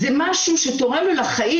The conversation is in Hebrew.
זה משהו שתורם לו לחיים.